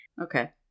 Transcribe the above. Okay